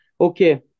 Okay